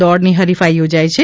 દોડની હરિફાઇ યોજાય છે